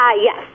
Yes